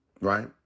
right